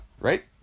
Right